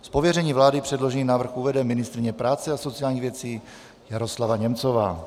Z pověření vlády předložený návrh uvede ministryně práce a sociálních věcí Jaroslava Němcová.